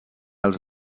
els